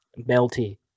Melty